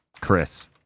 Chris